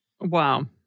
Wow